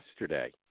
yesterday